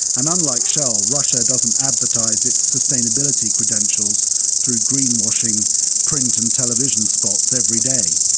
and unlike shell, russia doesn't advertise its sustainability credentials through green-washing print and television spots every day.